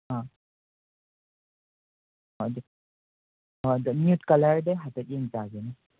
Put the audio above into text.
ꯑꯥ ꯑꯗꯣ ꯑꯥ ꯑꯗꯣ ꯅ꯭ꯌꯨꯠ ꯀꯂꯔꯗꯣ ꯍꯥꯏꯐꯦꯠ ꯌꯦꯡꯖꯒꯦꯅꯦ